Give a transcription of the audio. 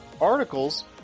articles